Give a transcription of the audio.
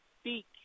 speak